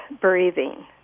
breathing